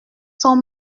sont